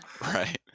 right